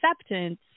acceptance